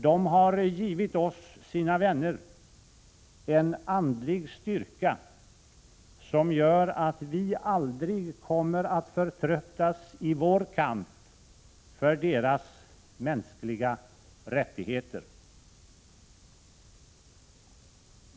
De har givit oss, sina vänner, en andlig styrka som gör att vi aldrig kommer att förtröttas i vår kamp för deras mänskliga rättigheter.